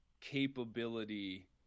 capability